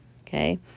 Okay